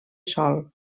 sol